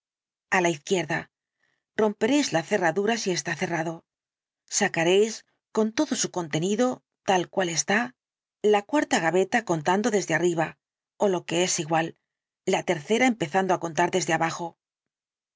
el dr jekyll da romperéis la cerradura si está cerrado sacaréis con todo su contenido tal cual está la cuarta gaveta contando desde arriba ó lo que es igual la tercera empezando á contar desde ahajo